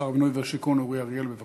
שר הבינוי והשיכון אורי אריאל, בבקשה.